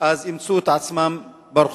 אז הם ימצאו את עצמם ברחוב,